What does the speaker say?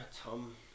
Tom